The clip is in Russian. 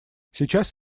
сейчас